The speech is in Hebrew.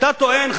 אתה טוען,